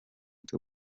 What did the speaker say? rwa